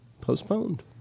Postponed